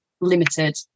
limited